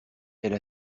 elle